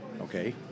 Okay